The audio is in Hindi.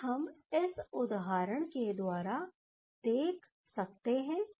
यह हम इस उदाहरण द्वारा देख सकते हैं